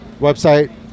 Website